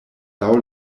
laŭ